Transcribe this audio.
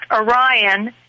Orion